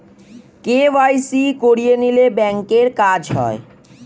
KYC করিয়ে নিলে ব্যাঙ্কের কাজ হয়